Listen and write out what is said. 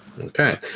Okay